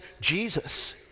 Jesus